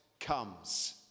comes